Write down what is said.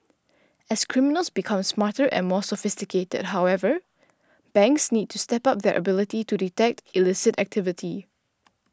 as criminals become smarter and more sophisticated however banks need to step up their ability to detect illicit activity